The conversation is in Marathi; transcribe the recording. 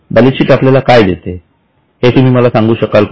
बॅलन्स शीट आपल्याला काय देते हे तुम्ही मला सांगू शकाल का